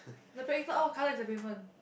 the pave what colour is the pavement